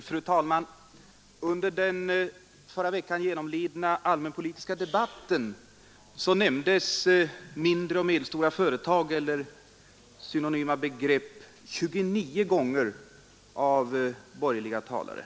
Fru talman! under den i förra veckan genomlidna allmänpolitiska debatten nämndes mindre och medelstora företag eller synonyma begrepp 29 gånger av borgerliga talare.